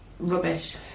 rubbish